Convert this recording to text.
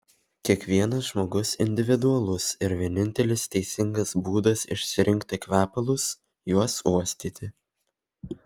kiekvienas žmogus individualus ir vienintelis teisingas būdas išsirinkti kvepalus juos uostyti